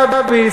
ערבי,